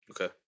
Okay